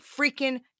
freaking